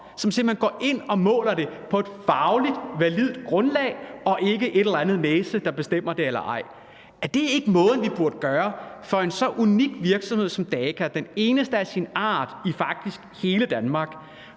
som simpelt hen måler det på et fagligt validt grundlag, og det er ikke en eller anden næse, der bestemmer, om det er okay eller ej. Er det ikke måden, vi burde gøre det på for en så unik virksomhed som Daka – den eneste af sin art i faktisk hele Danmark